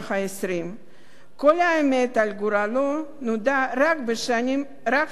כל האמת על גורלו נודעה רק שנים רבות אחרי מותו,